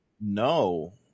No